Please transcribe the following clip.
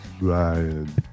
Ryan